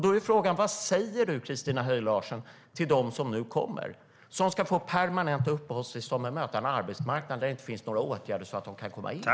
Då är frågan: Vad säger du, Christina Höj Larsen, till dem som nu kommer och som ska få permanenta uppehållstillstånd men som möter en arbetsmarknad där det inte finns några åtgärder så att de kan komma in?